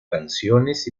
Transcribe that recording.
canciones